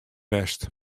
west